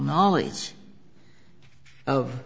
knowledge of